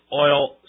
Oil